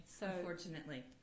unfortunately